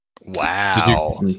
Wow